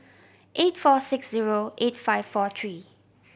eight four six zero eight five four tree